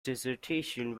dissertation